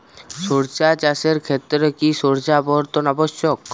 সরিষা চাষের ক্ষেত্রে কি শস্য আবর্তন আবশ্যক?